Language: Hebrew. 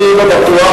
אני לא בטוח,